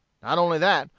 not only that,